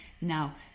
Now